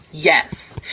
yes.